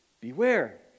Beware